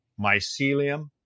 mycelium